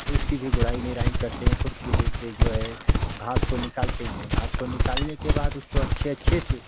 तो उसकी भी गुड़ाई निराई करते हैं खुरपी लेकर जो है घास को निकालते हैं घास को निकालने के बाद उसको अच्छे अच्छे से